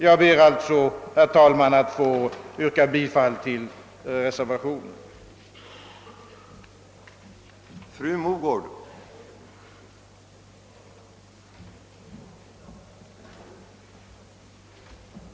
Jag ber, herr talman, att få yrka bifall till den vid punkten 8 fogade reservationen 1.